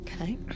Okay